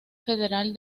federal